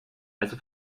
also